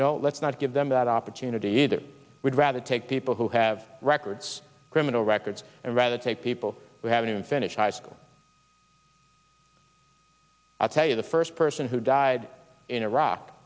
no let's not give them that opportunity that would rather take people who have records criminal records and rather take people who haven't even finished high school i'll tell you the first person who died in iraq